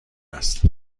است